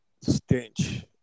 stench